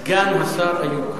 סגן השר איוב קרא,